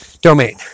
domain